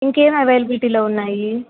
ఇంకేం అవైలేబిలిటీలో ఉన్నాయి